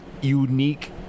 unique